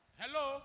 hello